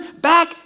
back